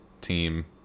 team